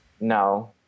No